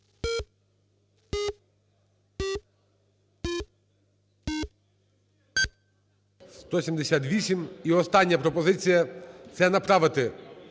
За-178 І остання пропозиція. Це направити